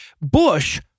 Bush